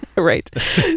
Right